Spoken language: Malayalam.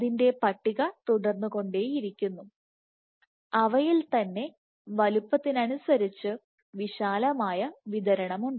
അതിൻറെ പട്ടിക തുടർന്നുകൊണ്ടേയിരിക്കുന്നു അവയിൽ തന്നെ വലുപ്പത്തിനനുസരിച്ച് വിശാലമായ വിതരണമുണ്ട്